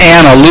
Anna